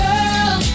Girl